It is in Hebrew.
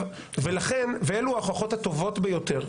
אלו ההוכחות הטובות ביותר.